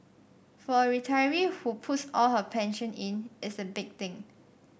for a retiree who puts all her pension in it's a big thing